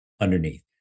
underneath